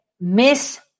Miss